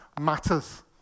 matters